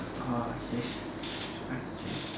okay okay